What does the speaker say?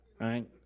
right